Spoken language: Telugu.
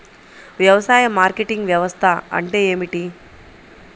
వ్యవసాయ మార్కెటింగ్ వ్యవస్థ అంటే ఏమిటి?